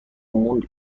موند